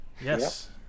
Yes